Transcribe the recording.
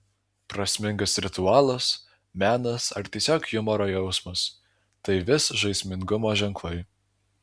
prasmingas ritualas menas ar tiesiog humoro jausmas tai vis žaismingumo ženklai